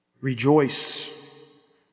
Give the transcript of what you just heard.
Rejoice